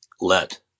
let